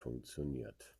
funktioniert